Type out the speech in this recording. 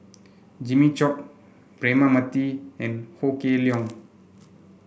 Jimmy Chok Braema Mathi and Ho Kah Leong